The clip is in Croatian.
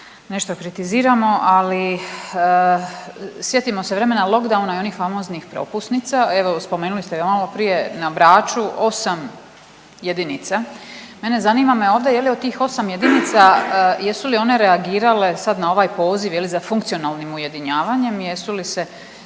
nešto kritiziramo, ali sjetimo se vremena lock downa i onih famoznih propusnica. Evo spomenuli ste ga malo prije na Braču 8 jedinica. Mene zanima, zanima me ovdje je li od tih 8 jedinica jesu li one reagirale sad na ovaj poziv je li za funkcionalnim ujedinjavanjem, jesu li se